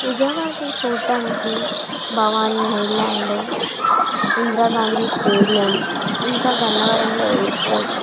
విజయవాడలో చూడటానికి Bhavani island Indira Gandhi stadium ఇంకా గన్నవరంలో ఎయిర్పోర్ట్